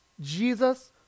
Jesus